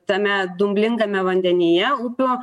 tame dumblingame vandenyje upių